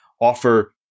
offer